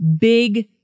big